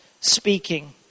speaking